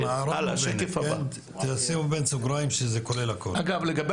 אגב, לגבי